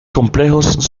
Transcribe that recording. complejos